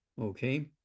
Okay